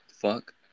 fuck